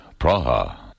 Praha